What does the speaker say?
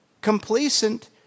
complacent